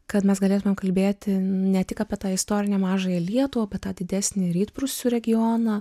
kad mes galėtumėm kalbėti ne tik apie tą istorinę mažąją lietuvą bet tą didesnį rytprūsių regioną